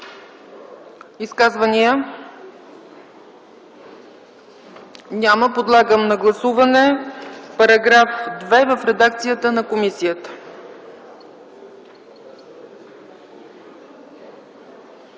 Изказвания? Няма. Подлагам на гласуване § 2 в редакцията на комисията.